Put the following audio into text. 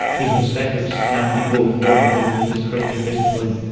business ethics can be both a normative and a descriptive discipline.